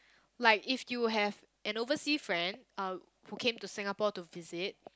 like if you have an oversea~ friend uh who came to Singapore to visit